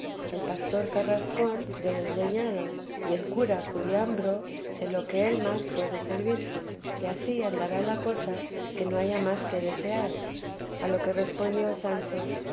el pastor carrascón de desdeñado y el cura curiambro de lo que él más puede servirse y así andará la cosa que no haya más que desear a lo que respondió sancho